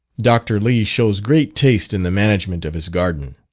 dr. lee shows great taste in the management of his garden.